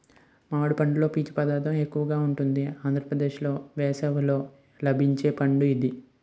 మామిడి పండులో పీచు పదార్థం ఎక్కువగా ఉంటుంది ఆంధ్రప్రదేశ్లో వేసవిలో లభించే పంట ఇది